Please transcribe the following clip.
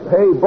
Hey